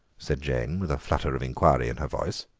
said jane with a flutter of inquiry in her voice.